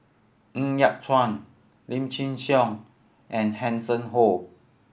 Ng Yat Chuan Lim Chin Siong and Hanson Ho